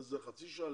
לזה חצי שעה,